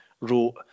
Wrote